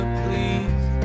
please